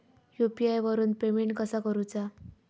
UPI वरून payment कसा करूचा?